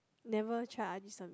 never try Ajisen